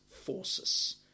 forces